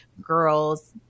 girl's